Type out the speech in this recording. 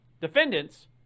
defendants